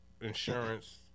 insurance